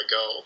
go